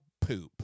poop